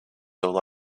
all